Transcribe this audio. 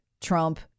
Trump